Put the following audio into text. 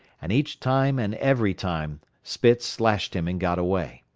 and each time and every time spitz slashed him and got away.